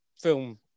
film